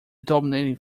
dominating